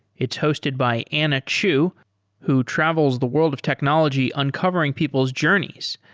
it's hosted by anna chu who travels the world of technology uncovering people's journeys,